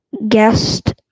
Guest